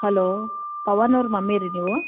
hello Pavan ಅವ್ರ mummy ರೀ ನೀವು